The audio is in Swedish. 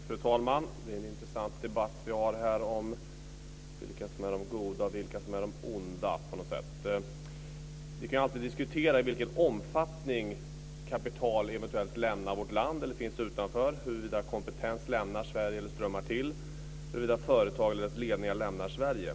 Fru talman! Det är en intressant debatt vi har här om vilka som är de goda och vilka som är de onda. Vi kan alltid diskutera i vilken omfattning kapital eventuellt lämnar vårt land eller finns utanför, huruvida kompetens lämnar Sverige eller strömmar till och huruvida företag och deras ledningar lämnar Sverige.